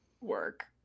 work